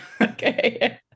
Okay